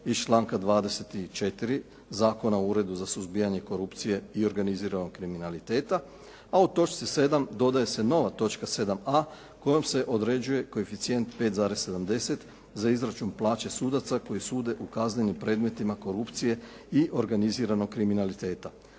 iz članka 24. Zakona o Uredu za suzbijanje korupcije i organiziranog kriminaliteta, a u točci 7. dodaje se nova točka 7a, kojom se određuje koeficijent 5,70 za izračun plaće sudaca koji sude u kaznenim predmetima korupcije i organiziranog kriminaliteta.